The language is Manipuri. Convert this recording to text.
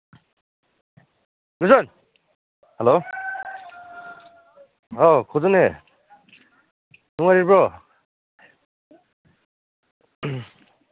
ꯍꯜꯂꯣ ꯍꯥꯎ ꯅꯨꯡꯉꯥꯏꯔꯤꯕ꯭ꯔꯣ